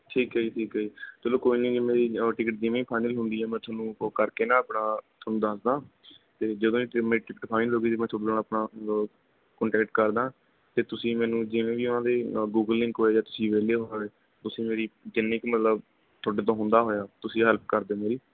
ਠੀਕ ਹੈ ਜੀ ਠੀਕ ਹੈ ਜੀ ਚਲੋ ਕੋਈ ਨਹੀਂ ਜੀ ਮੇਰੀ ਟਿਕਟ ਜਿਵੇਂ ਹੀ ਫਾਈਨਲ ਹੁੰਦੀ ਹੈ ਮੈਂ ਤੁਹਾਨੂੰ ਉਹ ਕਰ ਕੇ ਨਾ ਆਪਣਾ ਤੁਹਾਨੂੰ ਦੱਸਦਾ ਅਤੇ ਜਦੋਂ ਮੇਰੀ ਟਿਕਟ ਫਾਈਨਲ ਹੋ ਗਈ ਜੀ ਮੈਂ ਤੁਹਾਡੇ ਨਾਲ ਆਪਣਾ ਮਤਲਬ ਕੌਂਟੈਕਟ ਕਰਦਾ ਅਤੇ ਤੁਸੀਂ ਮੈਨੂੰ ਜਿਵੇਂ ਵੀ ਉਹਨਾਂ ਦੇ ਗੂਗਲ ਲਿੰਕ ਹੋਏ ਜਾਂ ਤੁਸੀਂ ਵਿਹਲੇ ਹੋਏ ਤੁਸੀਂ ਮੇਰੀ ਕਿੰਨੀ ਕੁ ਮਤਲਬ ਤੁਹਾਡੇ ਤੋਂ ਹੁੰਦਾ ਹੋਇਆ ਤੁਸੀਂ ਹੈਲਪ ਕਰ ਦਿਉ ਮੇਰੀ